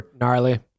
gnarly